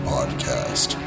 Podcast